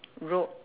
road